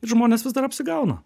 ir žmonės vis dar apsigauna